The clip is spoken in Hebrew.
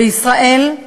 בישראל,